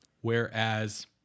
Whereas